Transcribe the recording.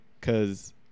Cause